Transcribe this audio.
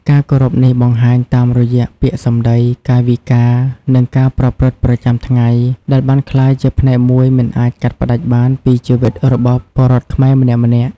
ការគោរពនេះបង្ហាញតាមរយៈពាក្យសម្ដី កាយវិការ និងការប្រព្រឹត្តប្រចាំថ្ងៃ ដែលបានក្លាយជាផ្នែកមួយមិនអាចកាត់ផ្ដាច់បានពីជីវិតរបស់ពលរដ្ឋខ្មែរម្នាក់ៗ។